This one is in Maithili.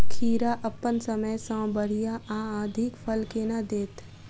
खीरा अप्पन समय सँ बढ़िया आ अधिक फल केना देत?